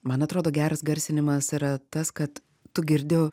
man atrodo geras garsinimas yra tas kad tu girdi